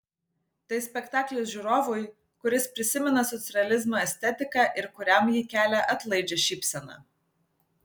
tai spektaklis žiūrovui kuris prisimena socrealizmo estetiką ir kuriam ji kelia atlaidžią šypseną